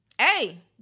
hey